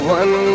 one